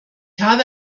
habe